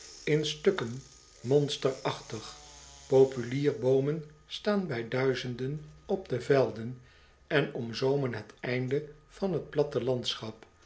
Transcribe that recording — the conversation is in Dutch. in stukken monsterachtig populierhoornen staan bij duizenden op de velden en omzoomen het einde van t platte landschap